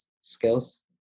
skills